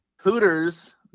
hooters